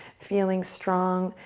feeling strong.